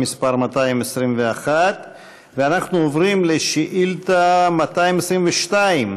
מס' 221. ואנחנו עוברים לשאילתה 222,